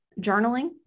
journaling